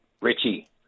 Richie